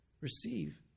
receive